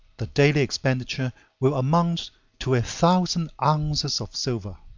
the daily expenditure will amount to a thousand ounces of silver.